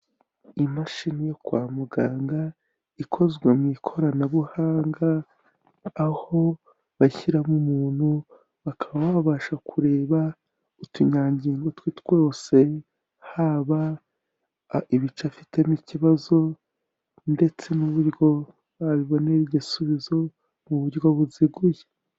Imashini yo kwa muganga ikozwe mu ikoranabuhanga aho bashyiramo umuntu bakaba babasha kureba utunyangingo twe twose, haba ibice afitemo ikibazo ndetse n'uburyo babibonera igisubizo mu buryo buziguye.